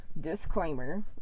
disclaimer